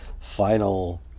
final